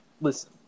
listen